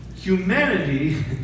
humanity